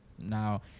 Now